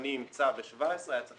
מוכנים עם צו ב-2017 אבל היה צריך